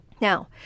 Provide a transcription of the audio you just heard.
Now